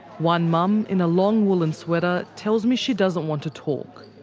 one mum, in a long woolen sweater tells me she doesn't want to talk,